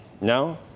No